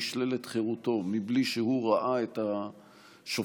נשללת חירותו בלי שהוא ראה את השופט,